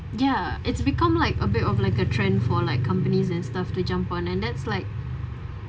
ya it's become like a bit of like a trend for like companies and stuff to jump on and that's like